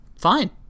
Fine